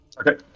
Okay